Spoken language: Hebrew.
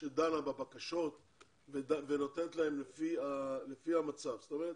שדנה בבקשות ונותנת להם לפי המצב, זאת אומרת